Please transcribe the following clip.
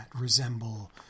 resemble